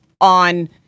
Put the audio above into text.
on